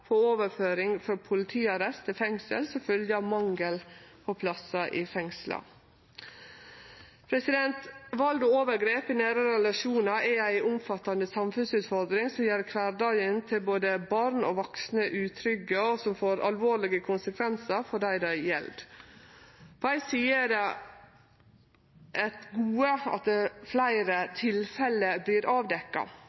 på overføring frå politiarrest til fengsel som følgje av mangel på plassar i fengsla. Vald og overgrep i nære relasjonar er ei omfattande samfunnsutfordring som gjer kvardagen til både barn og vaksne utrygg, og som får alvorlege konsekvensar for dei det gjeld. På éi side er det eit gode at fleire